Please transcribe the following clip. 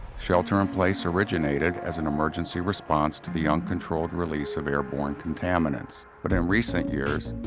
shelter in place originated as an emergency response to the uncontrolled release of airborne contaminants. but in recent years,